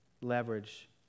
leverage